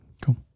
Cool